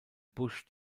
busch